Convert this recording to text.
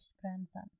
grandson